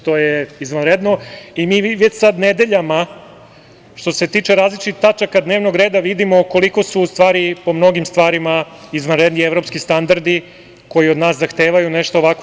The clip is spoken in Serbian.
To je izvanredno i mi već sada nedeljama, što se tiče različitih tačaka dnevnog reda, vidimo koliko su, po mnogim stvarima, izvanredni evropski standardi koji od nas zahtevaju nešto ovako.